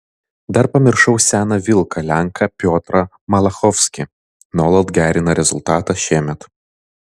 dar pamiršau seną vilką lenką piotrą malachovskį nuolat gerina rezultatą šiemet